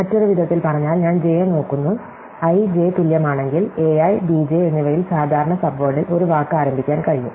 മറ്റൊരു വിധത്തിൽ പറഞ്ഞാൽ ഞാൻ j യെ നോക്കുന്നു i j തുല്യമാണെങ്കിൽ a i b j എന്നിവയിൽ സാധാരണ സബ് വേർഡിൽ ഒരു വാക്ക് ആരംഭിക്കാൻ കഴിയും